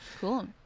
Cool